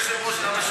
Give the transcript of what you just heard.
והקרדיט הוא שלך?